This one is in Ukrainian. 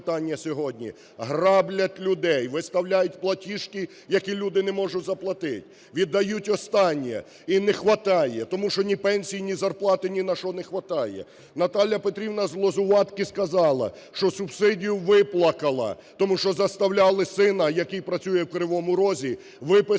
Наталя Петрівна з Лозуватки сказала, що субсидію виплакала, тому що заставляли сина, який працює в Кривому Розі, виписати